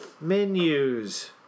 menus